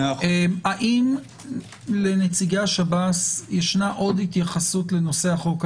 האם לנציגי השב"ס יש עוד התייחסות לנושא החוק?